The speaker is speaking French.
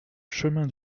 chemin